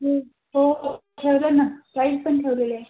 हो हो ठेवलं ना पण ठेवलेलं आहे